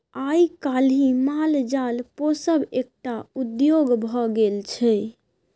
आइ काल्हि माल जाल पोसब एकटा उद्योग भ गेल छै